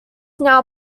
now